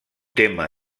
tema